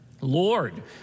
Lord